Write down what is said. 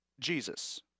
Jesus